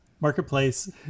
marketplace